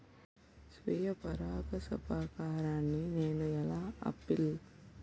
స్వీయ పరాగసంపర్కాన్ని నేను ఎలా ఆపిల్?